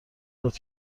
داد